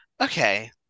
okay